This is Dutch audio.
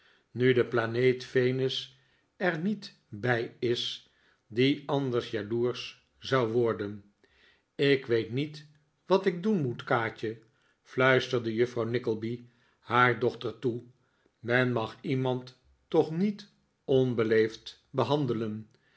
nu de planeet venus er niet bij is die anders jaloersch zou worden ik weet niet wat ik doen moet kaatje fluisterde juffrouw nickleby haar dochter toe men mag iemand toch niet onbeleefd behandelen